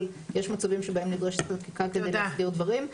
אבל יש מצבים שבהם נדרשת חקיקה כדי להסדיר דברים.